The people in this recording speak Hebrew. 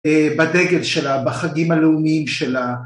בדגל שלה, בחגים הלאומיים שלה